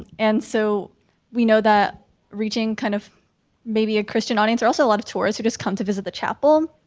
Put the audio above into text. and so we know that reaching kind of maybe a christian audience, or also a lot of tourists who just come to visit the chapel.